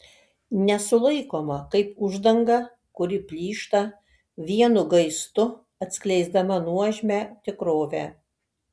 nesulaikoma kaip uždanga kuri plyšta vienu gaistu atskleisdama nuožmią tikrovę